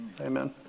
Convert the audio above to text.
Amen